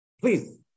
please